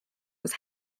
was